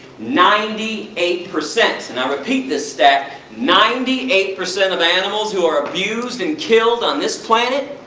ninety eight percent! and i repeat this stat, ninety eight percent of animals who are abused and killed on this planet,